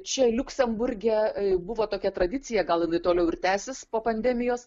čia liuksemburge buvo tokia tradicija gal jinai toliau ir tęsis po pandemijos